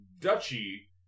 duchy